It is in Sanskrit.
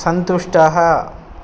सन्तुष्टाः